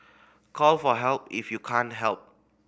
call for help if you can't help